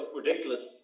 ridiculous